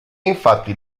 infatti